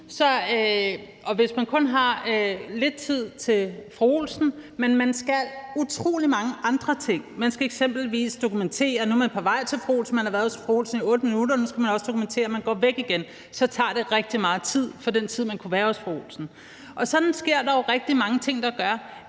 har man kun lidt tid til fru Olsen, fordi man skal utrolig mange andre ting. Man skal eksempelvis dokumentere, at nu er man på vej til fru Olsen, at man har været hos fru Olsen i 8 minutter, og nu skal man også dokumentere, at man tager væk igen. Så det tager rigtig meget tid fra den tid, man kunne være hos fru Olsen. Sådan sker der jo rigtig mange ting, der gør,